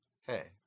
hey